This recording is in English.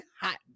hot